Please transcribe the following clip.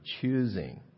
choosing